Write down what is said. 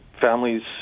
families